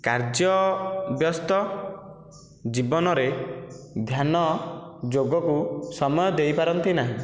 କାର୍ଯ୍ୟ ବ୍ୟସ୍ତ ଜୀବନରେ ଧ୍ୟାନ ଯୋଗ କୁ ସମୟ ଦେଇ ପାରନ୍ତି ନାହିଁ